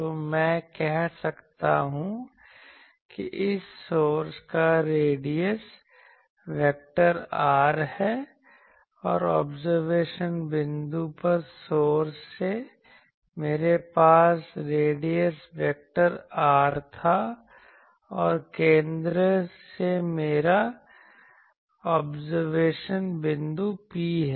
तो मैं कह सकता हूं कि इस सोर्स का रेडियस वेक्टर r' है और ऑब्जरवेशन बिंदु पर सोर्स से मेरे पास रेडियस वेक्टर R था और केंद्र से मेरा ऑब्जरवेशन बिंदु P है